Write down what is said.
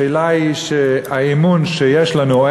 השאלה היא האמון שיש לנו,